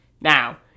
Now